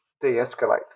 de-escalate